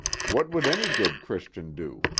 what would any good christian do,